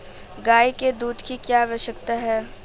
गाय के दूध की क्या विशेषता है?